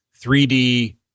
3D